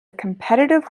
competitive